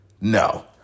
No